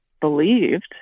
believed